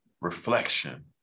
reflection